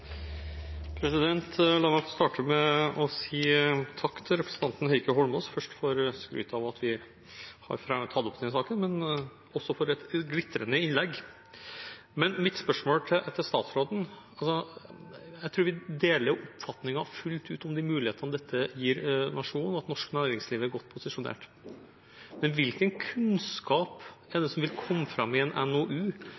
først for skrytet av at vi har tatt opp denne saken, men også for et glitrende innlegg. Men til mitt spørsmål til statsråden: Jeg tror vi fullt ut deler oppfatningen om de mulighetene dette gir nasjonen, og at norsk næringsliv er godt posisjonert. Men hvilken kunnskap er